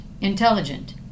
intelligent